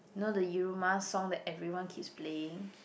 you know the Yiruma song that everyone keeps playing